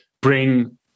bring